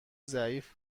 ضعیف